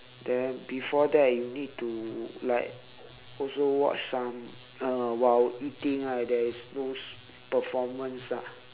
then before that you need to like also watch some uh while eating ah there is those performance ah